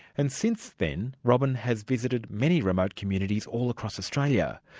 and since then, robyn has visited many remote communities all across australia,